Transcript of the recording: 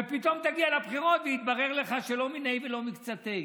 פתאום תגיע לבחירות ויתברר לך שלא מיניה ולא מקצתיה.